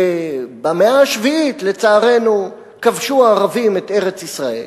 שבמאה השביעית, לצערנו, כבשו הערבים את ארץ-ישראל.